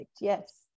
yes